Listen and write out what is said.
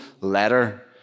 letter